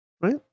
Right